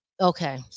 Okay